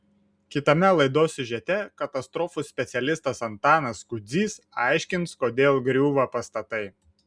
kitame laidos siužete katastrofų specialistas antanas kudzys aiškins kodėl griūva pastatai